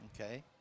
Okay